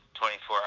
24